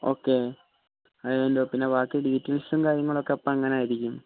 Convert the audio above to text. okay അതിൻ്റെ പിന്നെ ബാക്കി ഡീറ്റെയിൽസും കാര്യങ്ങളൊക്കെ അപ്പൻ എങ്ങനെ ആയിരിക്കും